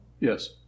Yes